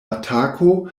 atako